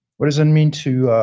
what does it mean to